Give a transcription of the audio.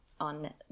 on